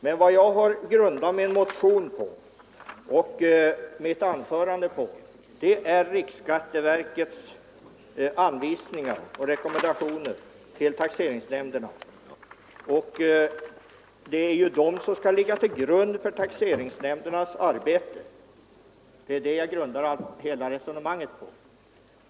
Men vad jag har grundat min motion och mitt anförande på är riksskatteverkets anvisningar till taxeringsnämnderna. Det är ju dessa som skall ligga till grund för taxeringsnämndernas arbete, och det är detta jag bygger resonemanget på.